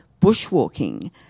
bushwalking